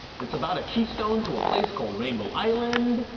it's about a keystones to a place called rainbow island,